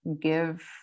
give